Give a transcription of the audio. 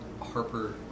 Harper